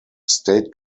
state